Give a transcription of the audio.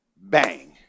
Bang